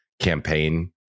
campaign